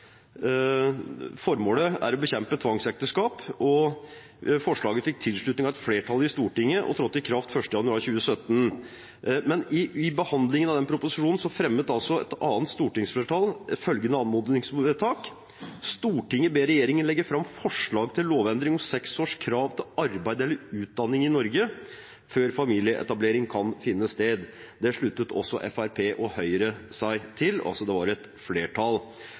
formålet er å bekjempe tvangsekteskap. Forslaget fikk tilslutning av et flertall i Stortinget og trådte i kraft 1. januar 2017. Men i behandlingen av den proposisjonen fremmet et annet stortingsflertall følgende anmodningsvedtak: «Stortinget ber regjeringen legge fram forslag til lovendring om seks års krav til arbeid eller utdanning i Norge før familieetablering kan finne sted.» Det sluttet også Fremskrittspartiet og Høyre seg til, det var altså et flertall.